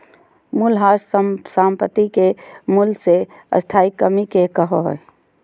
मूल्यह्रास संपाति के मूल्य मे स्थाई कमी के कहो हइ